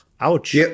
Ouch